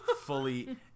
fully